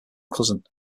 cousin